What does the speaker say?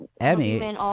Emmy